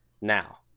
Now